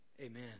Amen